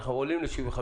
אנחנו עולים ל-75%.